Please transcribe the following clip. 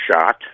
shot